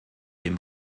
dem